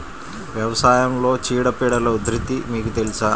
వ్యవసాయంలో చీడపీడల ఉధృతి మీకు తెలుసా?